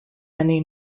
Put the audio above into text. many